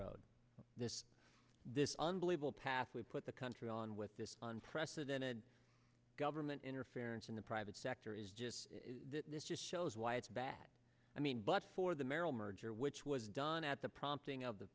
road this this unbelievable path we put the country on with this unprecedented government interference in the private sector is just this just shows why it's bad i mean but for the merrill merger which was done at the prompting of the